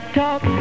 talk